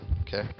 okay